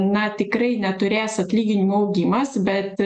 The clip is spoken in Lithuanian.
na tikrai neturės atlyginimų augimas bet